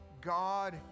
God